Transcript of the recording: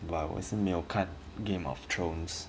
but 我也是没有看 game of thrones